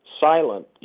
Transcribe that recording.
silent